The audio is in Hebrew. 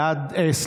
בבקשה.